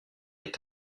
est